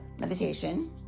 meditation